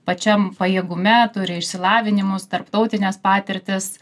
pačiam pajėgume turi išsilavinimus tarptautines patirtis